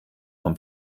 vom